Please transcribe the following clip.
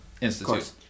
institute